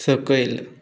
सकयल